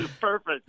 perfect